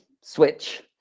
switch